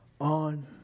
on